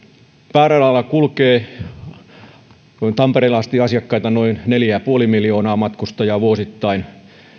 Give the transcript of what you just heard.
pääradalla kulkee tampereelle asti asiakkaita noin neljä pilkku viisi miljoonaa matkustajaa vuosittain